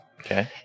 Okay